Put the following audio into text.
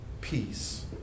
Peace